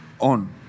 on